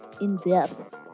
in-depth